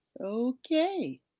Okay